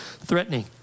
threatening